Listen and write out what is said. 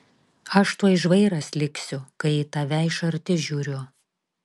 aš tuoj žvairas liksiu kai į tave iš arti žiūriu